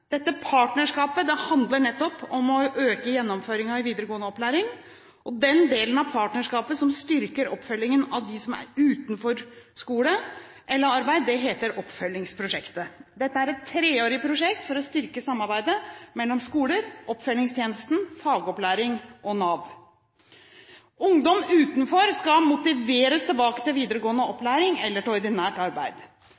Dette partnerskapet handler nettopp om å øke gjennomføringen i videregående opplæring. Den delen av partnerskapet som styrker oppfølgingen av dem som er utenfor skole eller arbeid, heter Oppfølgingsprosjektet. Dette er et treårig prosjekt for å styrke samarbeidet mellom skoler, oppfølgingstjenesten, fagopplæring og Nav. Ungdom utenfor skal motiveres tilbake til videregående